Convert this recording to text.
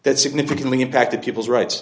that significantly impacted people's rights